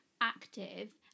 active